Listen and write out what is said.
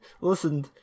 listen